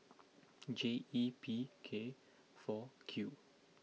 J E P K four Q